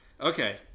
Okay